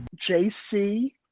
JC